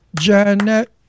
Janet